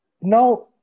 Now